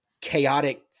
chaotic